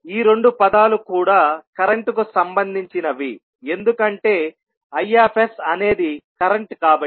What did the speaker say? ఈ రెండు పదాలు కూడా కరెంటు కు సంబంధించినవి ఎందుకంటే Is అనేది కరెంట్ కాబట్టి